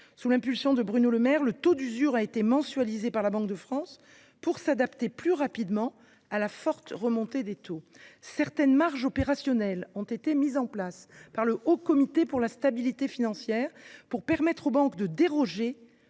Sous l’impulsion de Bruno Le Maire, le taux d’usure a été mensualisé par la Banque de France pour s’adapter plus rapidement à la forte remontée des taux. Certaines marges opérationnelles ont été mises en place par le Haut Conseil de stabilité financière pour permettre aux banques de déroger